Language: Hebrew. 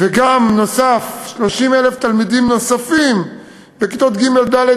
וגם 30,000 תלמידים נוספים בכיתות ג'-ד'